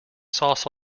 sauce